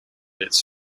its